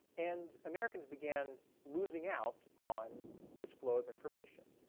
and americans began losing out on this flow of information.